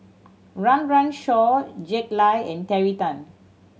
Run Run Shaw Jack Lai and Terry Tan